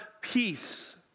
peace